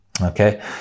okay